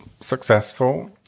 successful